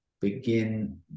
begin